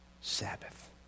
Sabbath